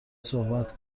صحبت